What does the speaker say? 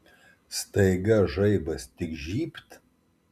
staiga žaibas tik žybt